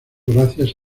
gracias